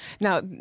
Now